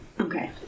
okay